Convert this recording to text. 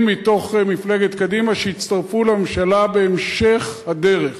מתוך מפלגת קדימה שיצטרפו לממשלה בהמשך הדרך.